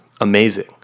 amazing